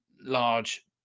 large